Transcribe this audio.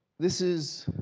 this is